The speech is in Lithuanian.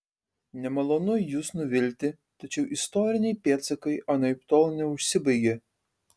nemalonu jus nuvilti tačiau istoriniai pėdsakai anaiptol neužsibaigė